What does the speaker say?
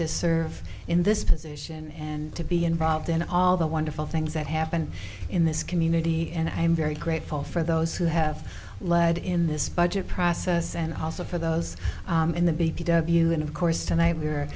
to serve in this position and to be involved in all the wonderful things that happened in this community and i am very grateful for those who have led in this budget process and also for those in the b b wu and of course tonight we